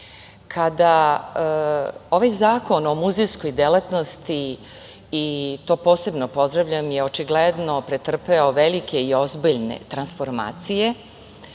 značaja. Ovaj Zakon o muzejskoj delatnosti, i to posebno pozdravljam, je pretrpeo velike i ozbiljne transformacije,